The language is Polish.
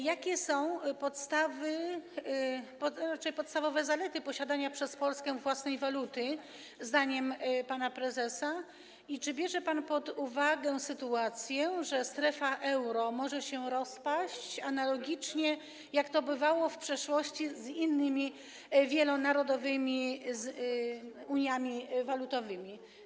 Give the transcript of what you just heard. Jakie są podstawowe zalety posiadania przez Polskę własnej waluty zdaniem pana prezesa i czy bierze pan pod uwagę sytuację, że strefa euro może się rozpaść, analogicznie do tego, jak to bywało w przeszłości z innymi wielonarodowymi uniami walutowymi?